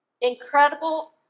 incredible